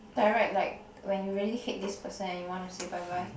direct like when you really hate this person and you wanna say bye bye